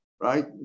right